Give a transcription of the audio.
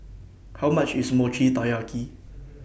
How much IS Mochi Taiyaki